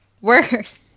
Worse